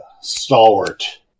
stalwart